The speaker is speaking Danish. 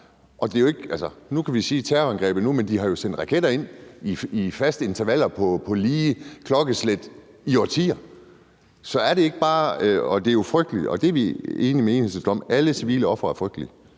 nu kan vi tale om terrorangrebet, men de har jo sendt raketter ind i faste intervaller på lige klokkeslæt i årtier. Det er jo frygteligt, og vi er jo enige med Enhedslisten i, at det er frygteligt